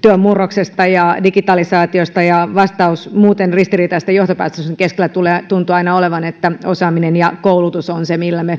työn murroksesta ja digitalisaatiosta vastaus muuten ristiriitaisten johtopäätösten keskellä tuntuu aina olevan että osaaminen ja koulutus ovat ne joilla me